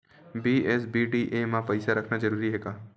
BSBDA मा पईसा रखना जरूरी हे का?